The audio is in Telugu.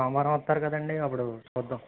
సోమవారం వస్తారు కదండి అప్పుడు చూద్దాం